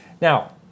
now